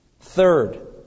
Third